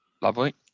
Lovely